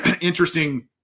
interesting